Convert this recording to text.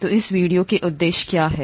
तो इस वीडियो के उद्देश्य क्या हैं